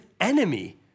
enemy